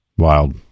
wild